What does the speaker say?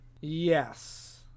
Yes